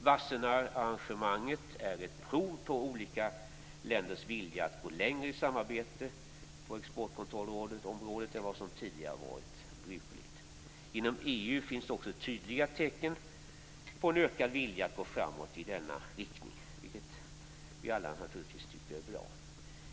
Wassenaararrangemanget är ett prov på olika länders vilja att gå längre i samarbete på exportkontrollområdet än vad som tidigare varit brukligt. Inom EU finns det också tydliga tecken på en ökad vilja att gå framåt i denna riktning, vilket vi alla naturligtvis tycker är bra.